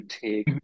take